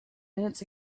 minutes